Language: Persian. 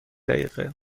دقیقه